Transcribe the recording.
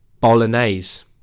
bolognese